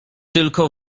tylko